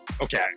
Okay